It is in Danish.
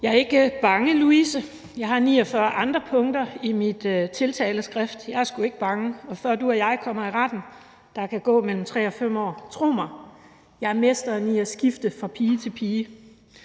»Jeg er ikke bange, Louise. Jeg har 49 andre punkter i mit tiltaleskrift. Jeg er sgu ikke bange. Og før du og jeg kommer i retten ... der kan gå mellem tre og fem år. Tro mig. Jeg er mesteren i at skifte fra pige til pige